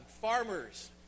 farmers